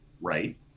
right